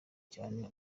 cyane